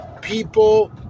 People